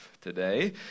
today